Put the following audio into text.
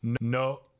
no